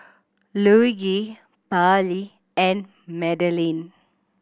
Luigi Pallie and Madeleine